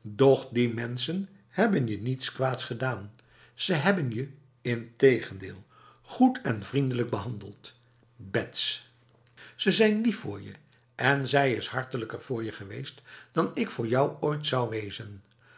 doch die mensen hebben je niets kwaads gedaan ze hebben je integendeel goed en vriendelijk behandeld bets ze zijn lief voor je en zij is hartelijker voor je geweest dan ik voor jou ooit zou wezen